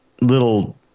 little